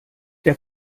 der